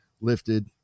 lifted